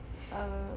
err